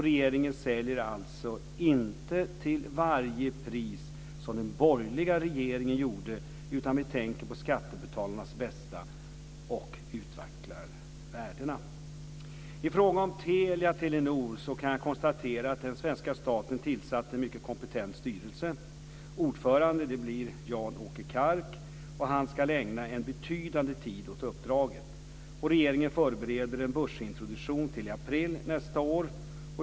Regeringen säljer alltså inte till varje pris, som den borgerliga regeringen gjorde, utan vi tänker på skattebetalarnas bästa och utvecklar värdena. I fråga om Telia-Telenor kan jag konstatera att den svenska staten tillsatt en mycket kompetent styrelse. Ordförande blir Jan-Åke Kark, och han ska ägna en betydande tid åt uppdraget. Regeringen förbereder en börsintroduktion till i april nästa år.